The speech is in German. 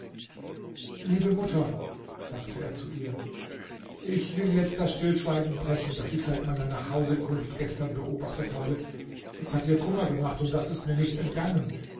liebe mutter sagte er zu ihr ich will jetzt das stillschweigen brechen das ich seit meiner nachhausekunft gestern beobachtet habe es hat dir kummer gemacht und das ist mir nicht entgangen